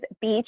beach